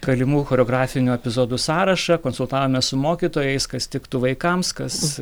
galimų choreografinių epizodų sąrašą konsultavomės su mokytojais kas tiktų vaikams kas